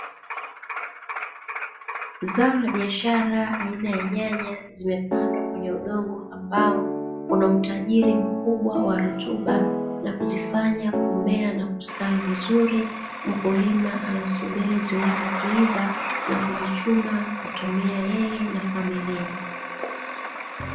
Zao la biashara aina ya nyanya zimepandwa kwenye udongo ambao una utajiri mkubwa wa rutuba, na kuzifanya kumea na kustawi vizuri mkulima anasubiri ziweze kuiva na kuzichuma kutumia yeye na familia.